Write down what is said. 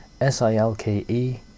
S-I-L-K-E